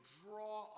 draw